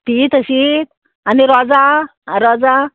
तियीं तशीत आनी रोजां रोजां